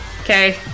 Okay